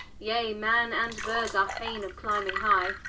yea man and birds are fayne of climbing high